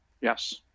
Yes